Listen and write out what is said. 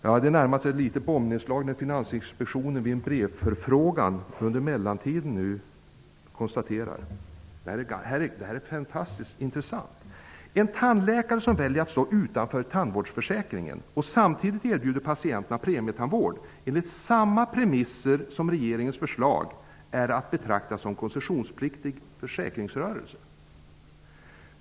Det är närmast ett litet bombnedslag när Finansinspektionen vid brevförfrågan under mellantiden konstaterar, vilket är fantastiskt intressant, att en tandläkare som väljer att stå utanför tandsvårdsförsäkringen och som samtidigt erbjuder patienterna premietandvård enligt samma premisser som regeringens förslag är att betrakta såsom drivande en koncessionspliktig försäkringsrörelse.